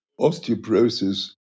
osteoporosis